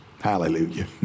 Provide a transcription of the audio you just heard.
Hallelujah